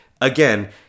again